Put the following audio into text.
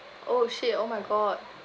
oh shit oh my god